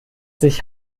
sich